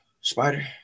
Spider